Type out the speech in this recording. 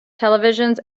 televisions